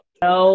no